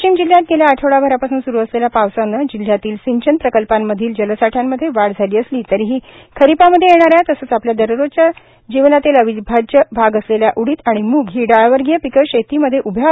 वाशिम जिल्ह्यात गेल्या आठवडा भरापासून स्रू असलेल्या पावसान जिल्ह्यातील सिंचन प्रकल्पां मधील जलासाठ्यामध्ये वाढ झाली असली तरीही खरीपामध्ये येणाऱ्या तसेच आपल्या दररोजच्या जीवनातील अविभाज्य भाग असलेल्या उडीद आणि मंग ही डालवर्गीय पिकं शेती मध्ये उभ्या अवस्थेत खराब झाली